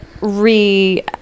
re